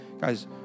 Guys